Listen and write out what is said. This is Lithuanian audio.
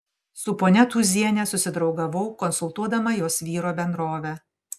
su ponia tūziene susidraugavau konsultuodama jos vyro bendrovę